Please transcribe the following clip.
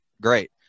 Great